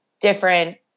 different